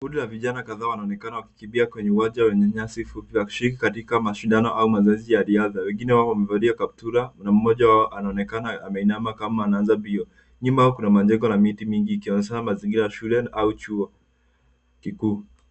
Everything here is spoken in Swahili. Kundi ka vijana kadhaa wanaonekana wakikimbia kwenye uwanja wenye nyasi fupi, wakishiriki katika mashindano au mazoezi ya riadha. Wengine wao wamevalia kaptura na mmoja wao anaonekana ameinama kama anaanza mbio. Nyuma kuna majengo na miti mingi ikionyesha mazingira ya shule au chuo kikuu.